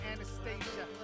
Anastasia